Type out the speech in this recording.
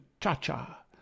cha-cha